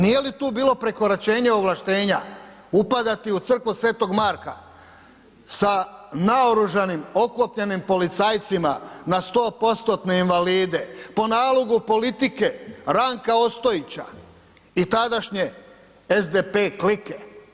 Nije li tu bilo prekoračenje ovlaštenja upadati u crkvu sv. Marka sa naoružanima oklopljenim policajcima na 100%-tne invalide po nalogu politike Ranka Ostojića i tadašnje SDP klike?